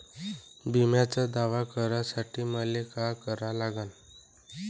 बिम्याचा दावा करा साठी मले का करा लागन?